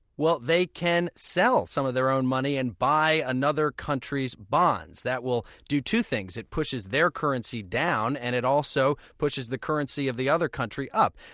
well, they can sell some of their own money and buy another country's bonds. that will two things it pushes their currency down, and it also pushes the currency of the other country up.